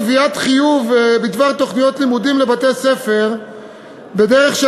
קביעת חיוב בדבר תוכניות לימודים לבתי-ספר בדרך של